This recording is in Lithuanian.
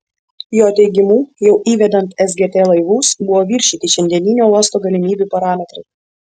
jo teigimu jau įvedant sgd laivus buvo viršyti šiandieninio uosto galimybių parametrai